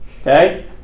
Okay